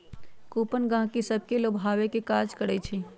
coupon गहकि सभके लोभावे के काज करइ छइ